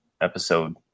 episode